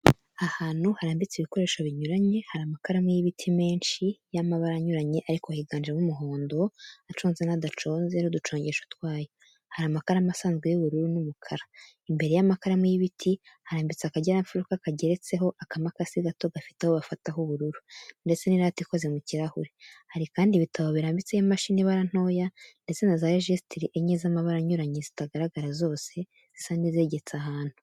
Ahantu harambitse ibikoresho binyuranye. Hari amakaramu y'ibiti menshi y'amabara anyuranye ariko higanjemo umuhondo, aconze n'adaconze n'uducongesho twayo, hari amakaramu asanzwe y'ubururu n'umukara. Imbere y'amakaramu y'ibiti harambitse akageramfuruka kageretseho akamakasi gato gafite aho bafata h'ubururu, ndetse n'irati ikoze mu kirahuri. Hari kandi ibitabo birambitseho imashini ibara ntoya ndetse na za rejisitiri enye z'amabara anyuranye zitagaragara zose, zisa nizegetse ahantu.